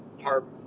harp